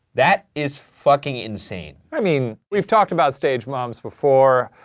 that is fucking insane. i mean, we've talked about stage moms before.